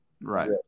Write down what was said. Right